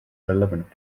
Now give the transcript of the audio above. relevant